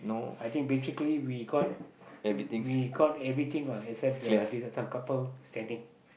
I think basically we got we got everything except lah except the dessert time couple standing